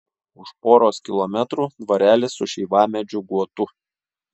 už poros kilometrų dvarelis su šeivamedžių guotu